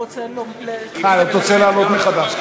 אתה רוצה לעלות מחדש.